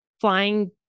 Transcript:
flying